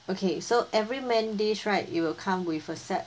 okay so every main dish right it will come with a set